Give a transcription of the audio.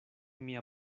mia